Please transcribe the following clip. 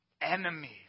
enemies